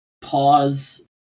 pause